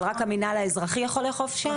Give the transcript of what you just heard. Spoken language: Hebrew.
אבל רק המינהל האזרחי יכול לאכוף שם?